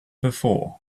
before